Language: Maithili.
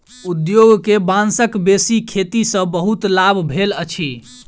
उद्योग के बांसक बेसी खेती सॅ बहुत लाभ भेल अछि